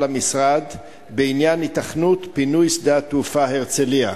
המשרד בעניין היתכנות פינוי שדה התעופה הרצלייה.